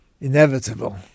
inevitable